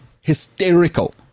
hysterical